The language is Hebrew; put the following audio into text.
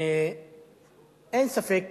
אין ספק